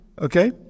okay